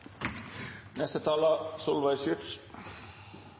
Neste taler